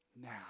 Now